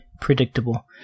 predictable